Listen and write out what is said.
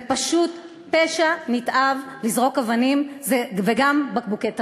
זה פשוט פשע נתעב לזרוק אבנים, וגם בקבוקי תבערה.